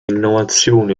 innovazioni